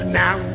now